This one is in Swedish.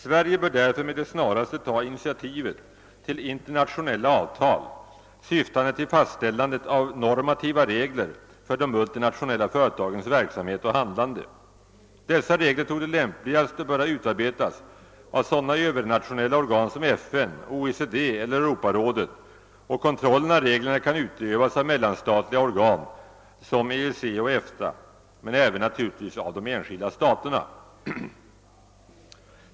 Sverige bör därför med det snaraste ta initiativet till internationella avtal syftande till fastställandet av normativa regler för de multinationella företagens verksamhet och handlande. Dessa regler torde lämpligast böra utarbetas av sådana övernationella organ som FN, OECD och Europarådet, och kontrollen kan utövas av mellanstatliga organ som EEC och EFTA men även naturligtvis av de enskilda staterna.